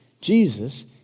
Jesus